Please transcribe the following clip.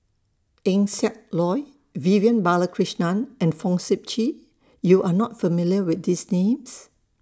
Eng Siak Loy Vivian Balakrishnan and Fong Sip Chee YOU Are not familiar with These Names